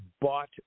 bought